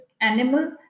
animal